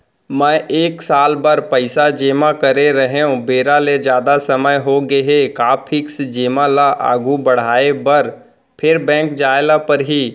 मैं एक साल बर पइसा जेमा करे रहेंव, बेरा ले जादा समय होगे हे का फिक्स जेमा ल आगू बढ़ाये बर फेर बैंक जाय ल परहि?